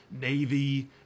navy